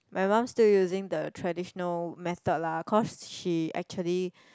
my mum still using that traditional method lah cause she actually